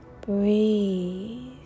Breathe